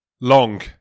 Long